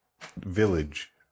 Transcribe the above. village